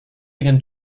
dengan